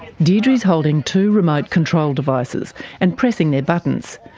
deirdre's holding two remote control devices and pressing their buttons.